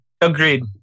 Agreed